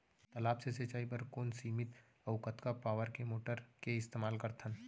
तालाब से सिंचाई बर कोन सीमित अऊ कतका पावर के मोटर के इस्तेमाल करथन?